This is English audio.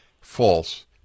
false